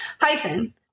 Hyphen